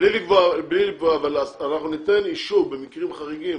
אנחנו ניתן אישור במקרים חריגים